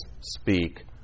speak